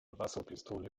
wasserpistole